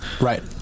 right